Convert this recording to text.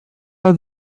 are